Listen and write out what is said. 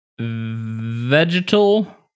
vegetal